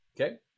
Okay